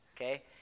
okay